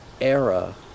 era